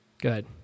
good